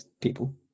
people